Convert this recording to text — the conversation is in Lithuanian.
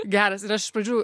geras ir aš iš pradžių